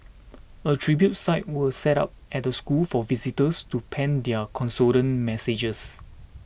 a tribute site were set up at the school for visitors to pen their condolence messages